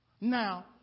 Now